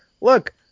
look